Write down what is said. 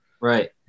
Right